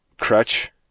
crutch